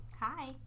Hi